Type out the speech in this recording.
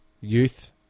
youth